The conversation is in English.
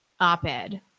op-ed